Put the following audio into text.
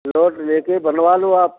plot लेकर बनवा लो आप